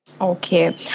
Okay